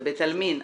לבית העלמין,